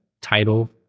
title